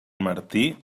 martí